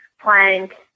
plank